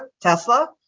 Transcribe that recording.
Tesla